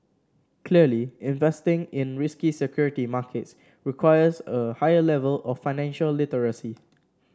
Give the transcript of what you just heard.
clearly investing in risky security markets requires a higher level of financial literacy